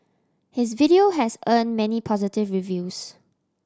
his video has earned many positive reviews